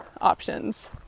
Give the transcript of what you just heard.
options